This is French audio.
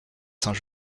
saint